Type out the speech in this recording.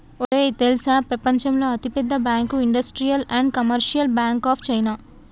ఒరేయ్ తెల్సా ప్రపంచంలో అతి పెద్ద bank industrial and commercial bank of China